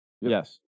Yes